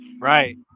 Right